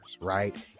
right